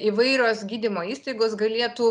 įvairios gydymo įstaigos galėtų